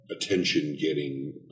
attention-getting